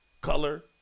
color